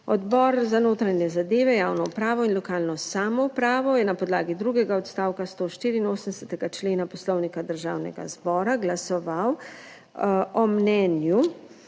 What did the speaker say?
Odbor za notranje zadeve, javno upravo in lokalno samoupravo je na podlagi drugega odstavka 184. člena Poslovnika Državnega zbora glasoval o mnenju,